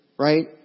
Right